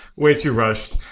way too rushed.